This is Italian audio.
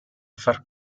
far